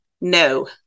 No